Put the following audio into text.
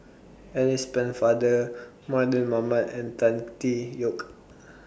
Alice Pennefather Mardan Mamat and Tan Tee Yoke